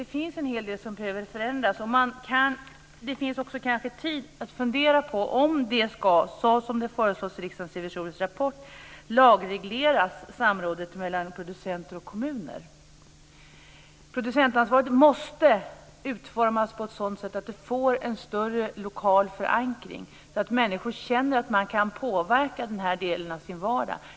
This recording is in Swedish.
Det finns nämligen en hel del som behöver förändras. Det finns kanske också tid att fundera på om samrådet mellan producenter och kommuner ska lagregleras, som föreslås i Riksdagens revisorers rapport. Producentansvaret måste utformas på ett sådant sätt att det får en större lokal förankring så att människor känner att de kan påverka den här delen av sin vardag.